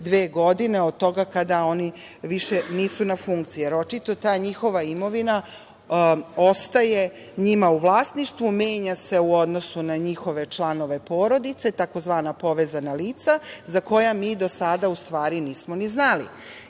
dve godine od doga kada oni više nisu na funkciji, jer očito ta njihova imovina ostaje njima u vlasništvu, menja se u odnosu na njihove članove porodice, tzv. „povezana lica“ za koja mi do sada, u stvari, nismo ni znali. Mislim